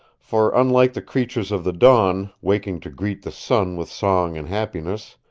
for unlike the creatures of the dawn, waking to greet the sun with song and happiness,